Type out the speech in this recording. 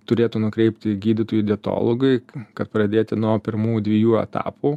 turėtų nukreipti gydytojui dietologui kad pradėti nuo pirmų dviejų etapų